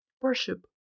worship